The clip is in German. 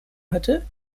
hatte